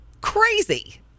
Crazy